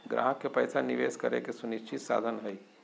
ग्राहक के पैसा निवेश करे के सुनिश्चित साधन हइ